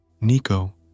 Nico